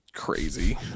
crazy